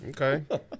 Okay